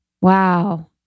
Wow